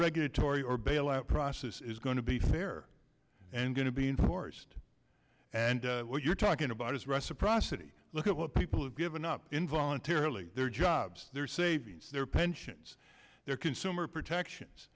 regulatory or bail out process is going to be fair and going to be enforced and talking about is reciprocity look at what people have given up in voluntarily their jobs their savings their pensions their consumer protections